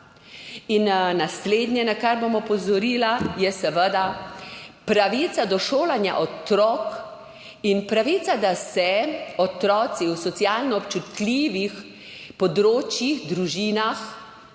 ta. Naslednje, na kar bom opozorila, je seveda pravica do šolanja otrok in pravica, da se otroci na socialno občutljivih področjih, družinah